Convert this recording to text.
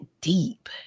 deep